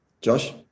Josh